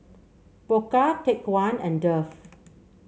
Pokka Take One and Dove